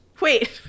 Wait